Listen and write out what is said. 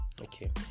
Okay